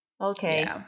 Okay